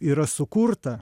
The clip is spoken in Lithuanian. yra sukurta